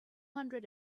hundred